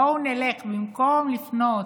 בואו נלך, במקום לפנות